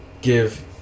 give